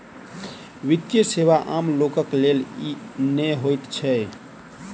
वित्तीय सेवा आम लोकक लेल नै होइत छै